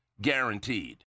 guaranteed